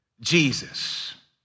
jesus